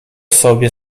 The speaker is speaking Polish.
sobie